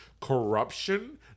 corruption